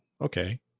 okay